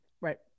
Right